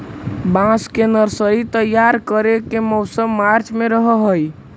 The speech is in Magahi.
बांस के नर्सरी तैयार करे के मौसम मार्च में रहऽ हई